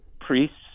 priests